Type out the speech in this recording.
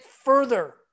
further